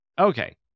Okay